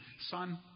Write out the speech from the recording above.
son